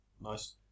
Nice